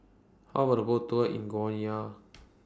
How about A Boat Tour in Guyana